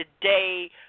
today